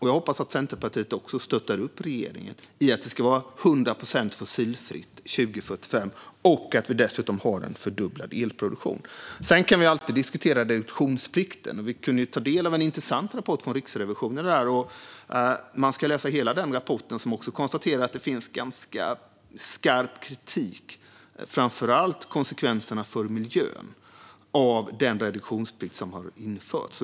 Jag hoppas att Centerpartiet stöttar regeringen i att det ska vara 100 procent fossilfritt 2045 och att vi dessutom har en fördubblad elproduktion. Vi kan alltid diskutera reduktionsplikten. Vi kunde ta del av en intressant rapport från Riksrevisionen. Om man läser hela rapporten kan man konstatera att det finns ganska skarp kritik framför allt när det gäller konsekvenserna för miljön av den reduktionsplikt som har införts.